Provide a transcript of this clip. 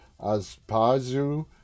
Aspazu